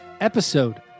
episode